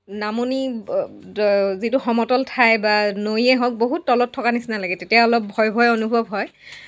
নামনি যিটো সমতল ঠাই বা নৈয়ে হওক বহুত তলত থকা নিচিনা লাগে তেতিয়া অলপ ভয় ভয় অনুভৱ হয়